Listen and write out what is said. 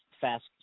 fast